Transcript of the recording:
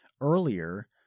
earlier